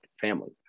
family